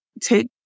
take